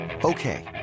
Okay